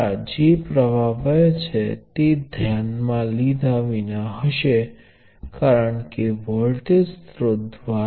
તેથી આનો અર્થ શું છે તમે સમાન રીતે શૂન્ય પ્ર્વાહ સ્રોત સાથે રજૂ થઈ શકો છો કારણ કે જો પ્ર્વાહ શૂન્ય હોય અને હું તેની IV લાક્ષણિકતાઓ દોરીશ